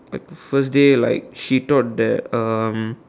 like first day like she thought that um